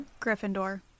Gryffindor